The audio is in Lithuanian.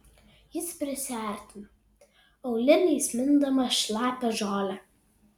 jis prisiartino auliniais mindamas šlapią žolę